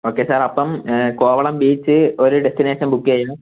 okay sir അപ്പം Kovalam beach ഒരു destination book ചെയ്യാം